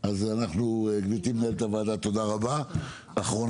אז גברתי מנהלת הוועדה תודה רבה ואחרונת